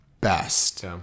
best